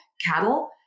Cattle